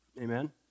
Amen